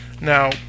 Now